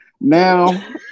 now